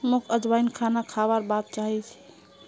मोक अजवाइन खाना खाबार बाद चाहिए ही